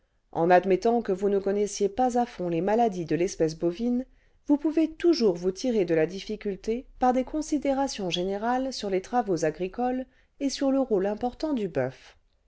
en admettant que vous ne connaissiez pas à fond les maladies de l'espèce bovine vpus pouvez toujours vous tirer de la difficulté par des considérations générales sur les travaux agricoles et sur le rôle important du boeuf